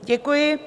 Děkuji.